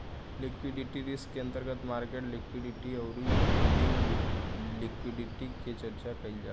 liquidity risk के अंतर्गत market liquidity अउरी फंडिंग लिक्विडिटी के चर्चा कईल जाला